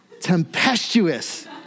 tempestuous